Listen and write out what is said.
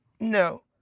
No